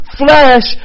flesh